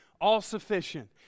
All-Sufficient